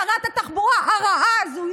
שרת התחבורה הרעה הזו,